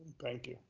thank you.